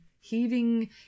heaving